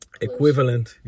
equivalent